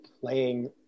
playing